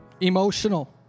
emotional